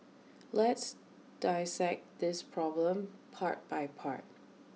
let's dissect this problem part by part